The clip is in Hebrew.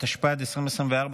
התשפ"ד 2024,